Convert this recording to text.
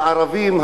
הערבים,